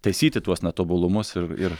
taisyti tuos netobulumus ir ir